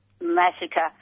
massacre